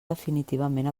definitivament